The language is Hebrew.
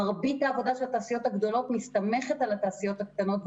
מרבית העבודה של התעשיות הגדולות מסתמכת על התעשיות הקטנות והבינוניות,